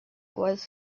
was